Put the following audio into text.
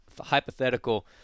hypothetical